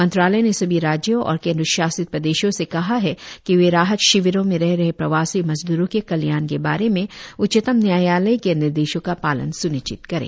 मंत्रालय ने सभी राज्यों और केन्द्रशासित प्रदेशों से कहा है कि वे राहत शिविरों में रह रहे प्रवासी मजद्रों के कल्याण के बारे में उच्चतम न्यायालय के निर्देशों का पालन स्निश्चित करें